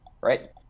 Right